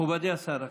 מכובדי השר,